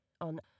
on